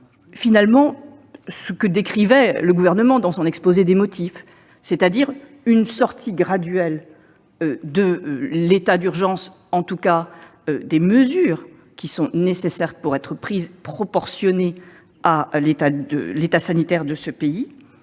en oeuvre ce que décrivait le Gouvernement dans son exposé des motifs, c'est-à-dire une sortie graduelle de l'état d'urgence, au travers de mesures certes nécessaires, mais aussi proportionnées à l'état sanitaire du pays,